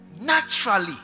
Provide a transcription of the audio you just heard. naturally